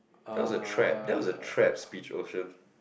that was a trap that was a trap speech ocean